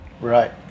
right